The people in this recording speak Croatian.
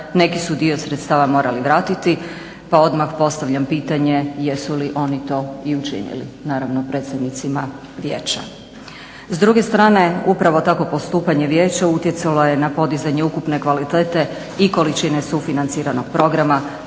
neki su dio sredstava morali vratiti pa odmah postavljam pitanje jesu li oni to i učinili, naravno predsjednicima vijeća. S druge strane upravo takvo postupanje vijeća utjecalo je na podizanje ukupne kvalitete i količine sufinanciranog programa,